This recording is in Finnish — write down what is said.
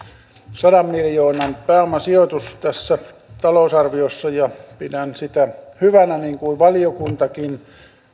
sadan miljoonan pääomasijoitus tässä talousarviossa pidän sitä hyvänä niin kuin valiokuntakin